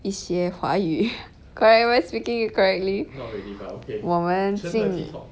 一些华语 correct am I speaking it correctly 我们尽